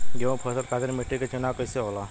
गेंहू फसल खातिर मिट्टी के चुनाव कईसे होला?